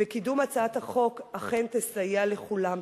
וקידום הצעת החוק אכן יסייע לכולם.